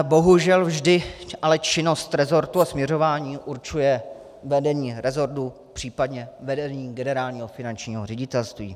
Bohužel vždy ale činnost resortu a směřování určuje vedení resortu, případně vedení Generálního finančního ředitelství.